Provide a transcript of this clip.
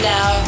Now